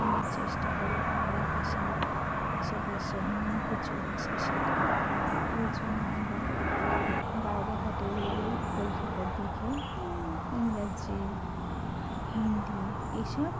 আমরা চেষ্টা করি বাংলা ভাষার পাশোপাশে অন্য কিছু ভাষা শেখার ওই জন্য আমরা বাইরে ঘাটে গেলে কলকাতার দেখে ইংরাজি হিন্দি এসব